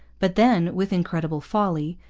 but then, with incredible folly,